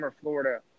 Florida